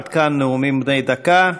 עד כאן נאומים בני דקה.